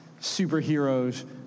superheroes